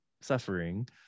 suffering